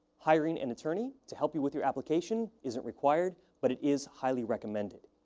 hiring an attorney to help you with your application isn't required, but it is highly recommended.